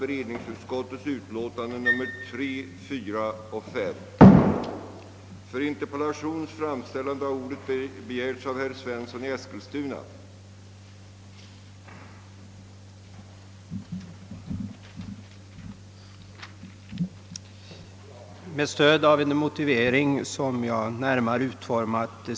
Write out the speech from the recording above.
Utredningarna görs mestadels av andra myndigheter, och den beslutande myndigheten tvingas avgöra ärendena på grundval av dessa utredningar och de direkta partsutsagorna, vilket ofta framstår som helt otillfredsställande.